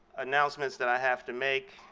announcements that i have to make.